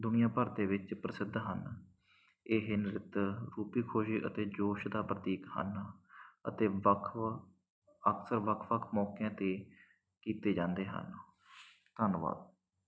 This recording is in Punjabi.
ਦੁਨੀਆ ਭਰ ਦੇ ਵਿੱਚ ਪ੍ਰਸਿੱਧ ਹਨ ਇਹ ਨ੍ਰਿੱਤ ਰੂਪੀ ਖੁਸ਼ੀ ਅਤੇ ਜੋਸ਼ ਦਾ ਪ੍ਰਤੀਕ ਹਨ ਅਤੇ ਵੱਖ ਵੱ ਅਕਸਰ ਵੱਖ ਵੱਖ ਮੌਕਿਆਂ 'ਤੇ ਕੀਤੇ ਜਾਂਦੇ ਹਨ ਧੰਨਵਾਦ